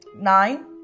Nine